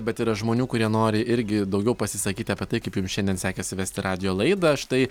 bet yra žmonių kurie nori irgi daugiau pasisakyti apie tai kaip jums šiandien sekėsi vesti radijo laidą štai